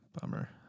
bummer